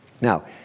Now